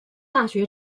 大学